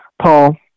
Paul